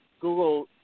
Google